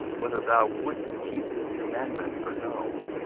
whether thou wouldest keep his commandments, or no.